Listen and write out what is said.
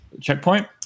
checkpoint